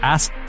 Ask